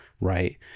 right